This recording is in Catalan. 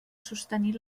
sostenir